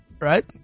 right